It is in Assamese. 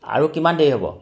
আৰু কিমান দেৰি হ'ব